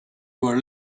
were